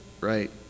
right